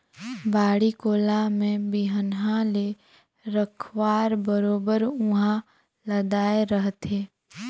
बाड़ी कोला में बिहन्हा ले रखवार बरोबर उहां लदाय रहथे